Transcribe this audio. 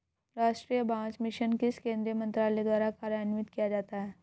राष्ट्रीय बांस मिशन किस केंद्रीय मंत्रालय द्वारा कार्यान्वित किया जाता है?